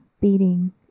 beating